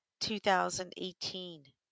2018